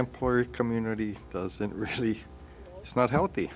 employee community doesn't really it's not healthy